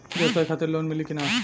ब्यवसाय खातिर लोन मिली कि ना?